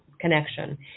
connection